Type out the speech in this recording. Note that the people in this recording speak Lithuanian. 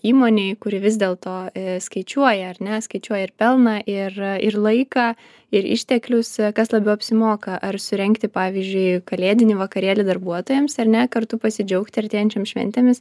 įmonei kuri vis dėl to skaičiuoja ar ne skaičiuoja ir pelną ir ir laiką ir išteklius kas labiau apsimoka ar surengti pavyzdžiui kalėdinį vakarėlį darbuotojams ar ne kartu pasidžiaugti artėjančiom šventėmis